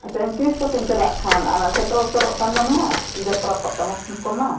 ᱮᱱᱛᱮ ᱛᱤᱥ ᱠᱚᱛᱮᱢ ᱪᱟᱞᱟᱜ ᱠᱷᱟᱱ ᱟᱨ ᱥᱮᱴᱮᱨ ᱩᱛᱟᱹᱨᱚᱜ ᱠᱟᱱ ᱫᱚ ᱱᱟᱦᱟᱜ ᱡᱟᱛᱨᱟ ᱯᱟᱛᱟ ᱠᱚᱢᱟ